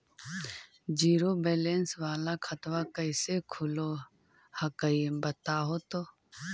Zero balance वाला खतवा कैसे खुलो हकाई बताहो तो?